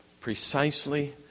precisely